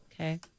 Okay